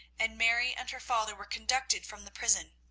and mary and her father were conducted from the prison.